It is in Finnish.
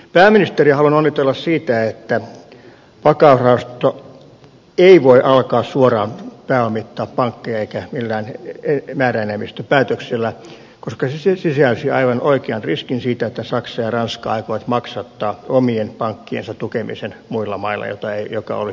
pääministeriä haluan onnitella siitä että vakausrahasto ei voi alkaa suoraan pääomittaa pankkeja eikä millään määräenemmistöpäätöksellä koska se sisälsi aivan oikean riskin siitä että saksa ja ranska aikovat maksattaa omien pankkiensa tukemisen muilla mailla mikä olisi selvästi väärin